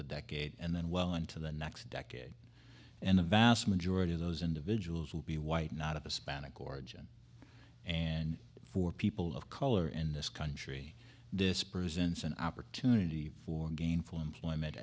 the decade and then well into the next decade and the vast majority of those individuals will be white not of hispanic origin and for people of color in this country this presents an opportunity for gainful employment